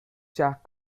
jack